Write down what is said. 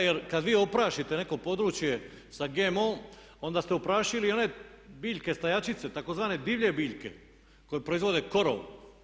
Jer kad vi oprašite neko područje sa GMO onda ste oprašili i one biljke stajačice, tzv. divlje biljke koje proizvode korov.